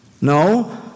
No